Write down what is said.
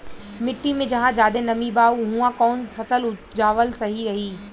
मिट्टी मे जहा जादे नमी बा उहवा कौन फसल उपजावल सही रही?